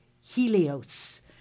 Helios